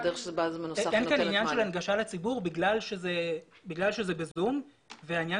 אין כאן עניין של הנגשה לציבור בגלל שזה ב-זום והעניין